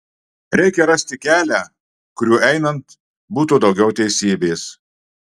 reikia rasti kelią kuriuo einant būtų daugiau teisybės